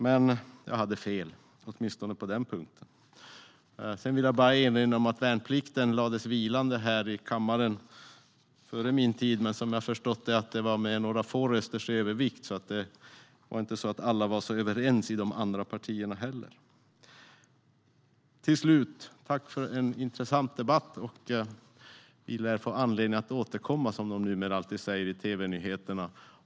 Men jag hade fel, åtminstone på den punkten. Jag vill också bara erinra om att värnplikten lades vilande före min tid här i kammaren. Men som jag har förstått det var det med några få rösters övervikt, så alla var inte så överens i de andra partierna heller. Tack för en intressant debatt! Vi lär få anledning att återkomma, som de numera alltid säger i tv-nyheterna.